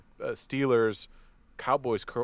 Steelers-Cowboys